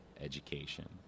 education